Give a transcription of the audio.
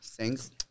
Thanks